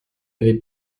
avait